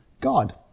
God